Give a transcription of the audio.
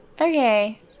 Okay